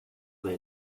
they